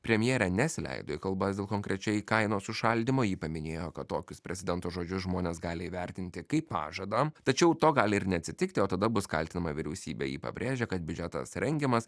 premjerė nesileido į kalbas dėl konkrečiai kainos užšaldymo ji paminėjo kad tokius prezidento žodžius žmonės gali įvertinti kaip pažadą tačiau to gali ir neatsitikti o tada bus kaltinama vyriausybė ji pabrėžė kad biudžetas rengiamas